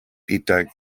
pita